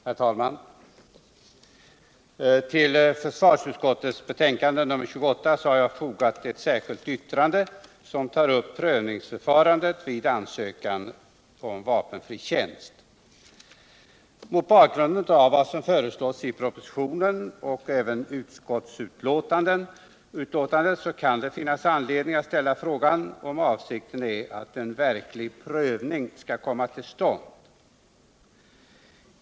Herr talman! Till försvarsutskottets betänkande nr 28 har jag fogat ett särskilt yttrande som tar upp prövningsförfarandet vid ansökan om vapenfri tjänst. Mot bakgrund av vad som föreslås i propositionen och i utskottsbetänkandet kan det finnas anledning att ställa frågan om avsikten är att en verklig prövning skall komma till stånd.